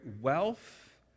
wealth